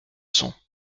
sang